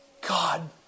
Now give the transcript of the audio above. God